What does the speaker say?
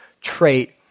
trait